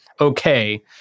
okay